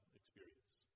experience